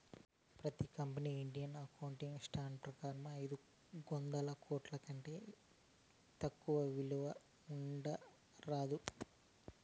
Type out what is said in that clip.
ప్రతి కంపెనీకి Indian accounting standards ప్రకారం ఐదొందల కోట్ల కంటే తక్కువ విలువ ఉండరాదు